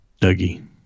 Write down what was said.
Dougie